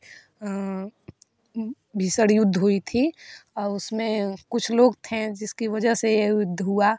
भीषण युद्ध हुई थी उसमें कुछ लोग थे जिसकी वजह से यह युद्ध हुआ